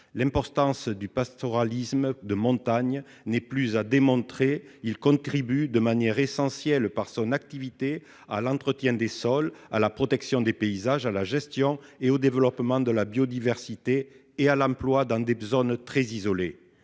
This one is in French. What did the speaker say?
L'importance du pastoralisme de montagne n'est plus à démontrer. Celui-ci contribue de manière essentielle, par son activité, à l'entretien des sols, à la protection des paysages, à la gestion et au développement de la biodiversité, ainsi qu'à l'emploi dans des zones très isolées.